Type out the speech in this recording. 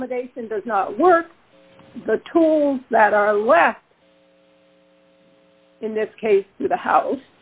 accommodation does not work the tools that are left in this case the house